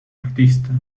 artista